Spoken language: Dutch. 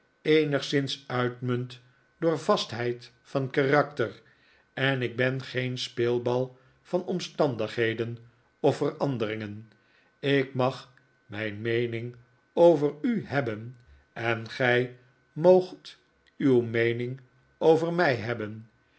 eenigszins uitmunt door vastheid van karakter en ik ben geen speelbal van omstandigheden of veranderingen ik mag mijn meening over u hebben en gij moogt uw meening over mij hebben